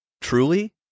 truly